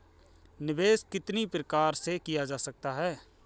निवेश कितनी प्रकार से किया जा सकता है?